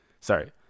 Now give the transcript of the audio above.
sorry